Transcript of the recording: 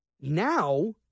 Now